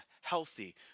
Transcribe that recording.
healthy